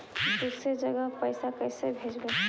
दुसरे जगह पैसा कैसे भेजबै?